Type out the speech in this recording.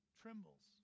trembles